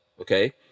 Okay